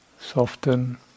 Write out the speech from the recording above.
soften